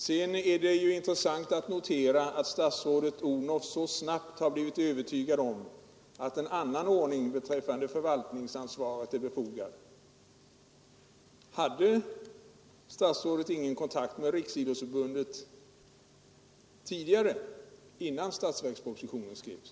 Det är sedan intressant att notera att statsrådet Odhnoff så snabbt blivit övertygad om att en annan ordning beträffande förvaltningsansvaret är befogad. Hade statsrådet ingen kontakt med Riksidrottsförbundet innan statsverkspropositionen skrevs?